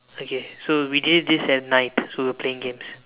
okay so we did this at night so we're playing games